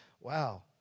Wow